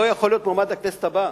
לא יכול להיות מועמד לכנסת הבאה.